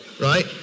right